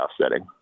setting